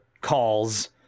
calls